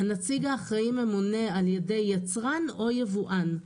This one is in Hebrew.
הנציג האחראי ממונה על ידי יצרן או על ידי יבואן.